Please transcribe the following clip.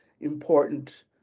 important